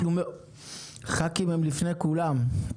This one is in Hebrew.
ח"כים הם לפני כולם.